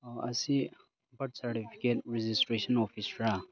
ꯑꯁꯤ Bharat certificate registration ꯑꯣꯐꯤꯁꯔꯥ